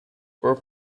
were